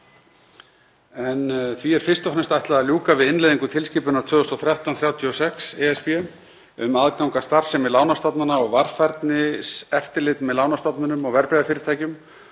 en því er fyrst og fremst ætlað að ljúka við innleiðingu tilskipunar 2013/36/ESB um aðgang að starfsemi lánastofnana og varfærniseftirlit með lánastofnunum og verðbréfafyrirtækjum